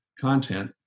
content